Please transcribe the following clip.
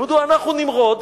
אנחנו נמרוד,